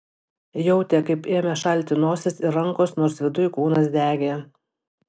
jautė kaip ėmė šalti nosis ir rankos nors viduj kūnas degė